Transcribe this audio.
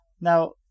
now